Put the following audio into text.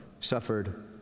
suffered